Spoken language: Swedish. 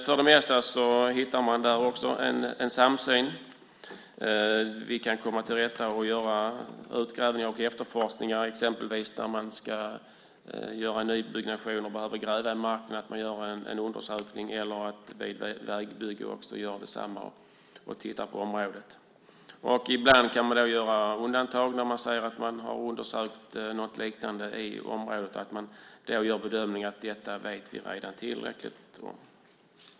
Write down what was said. För det mesta hittar man där också en samsyn. Vi kan göra utgrävningar och efterforskningar exempelvis där man ska göra nybyggnation och behöver gräva i marken, eller vi kan göra en undersökning vid vägbyggen och titta på området. Ibland kan man göra undantag. Man säger att man har undersökt något liknande i området och att man gör bedömningen att vi redan vet tillräckligt om detta.